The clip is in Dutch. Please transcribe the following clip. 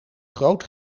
groot